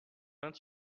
vingt